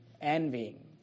Envying